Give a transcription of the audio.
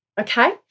Okay